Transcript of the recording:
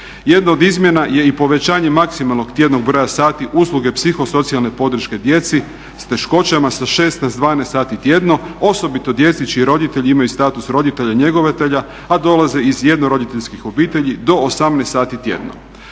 Jedna od izmjena je i povećanje maksimalnog tjednog broja sati usluge psihosocijalne podrške djeci sa teškoćama sa 16, 12 sati tjedno, osobito djeci čiji roditelji imaju status roditelja/njegovatelja a dolaze iz jednoroditeljskih obitelji do 18 sati tjedno.